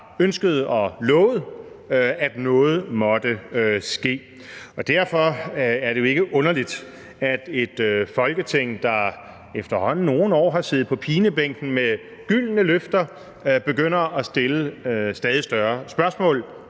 ønsket og lovet, at noget måtte ske. Derfor er det ikke underligt, at et Folketing, der i efterhånden nogle år har siddet på pinebænken med gyldne løfter, begynder at stille stadig større spørgsmål: